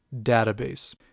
database